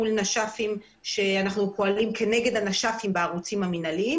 מול נש"פים שאנחנו פועלים כנגדם בערוצים המינהליים